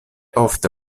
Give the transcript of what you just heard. ofte